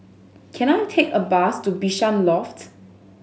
can I take a bus to Bishan Loft